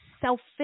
selfish